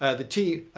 ah the t.